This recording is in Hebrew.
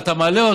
ואתה מעלה,